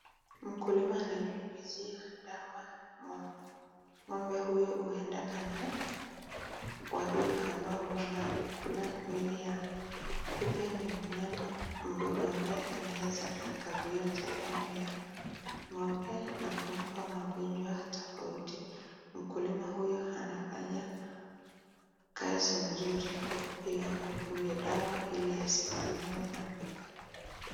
Mkulima ananyunyuzia dawa ngombe, ngombe huyu huenda ana wadudu ambao wanakula mwili yao, kupe ni mnyama mdudu ambaye anaeza akafyonza damu ya ngombe na kumpa magonjwa tofauti. Mkulima huyu anafanya kazi mzuri ya kumpiga ngombe huyo dawa ili asivamiwe na kupe.